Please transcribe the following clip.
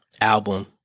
album